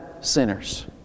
sinners